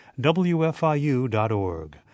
wfiu.org